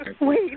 Wait